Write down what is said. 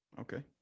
Okay